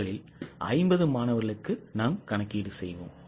முதலில் 50 மாணவர்களுக்கு கணக்கீடு செய்வோம்